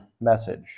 message